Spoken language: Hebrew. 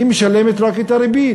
היא משלמת רק את הריבית.